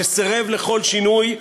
שסירב לכל שינוי,